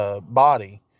body